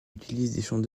utilisent